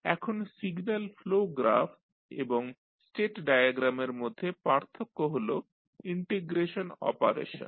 এখন signal flow graph এবং state ডায়াগ্রামের মধ্যে পার্থক্য হল ইন্টিগ্রেশন অপারেশন